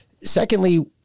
Secondly